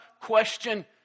question